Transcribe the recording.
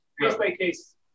Case-by-case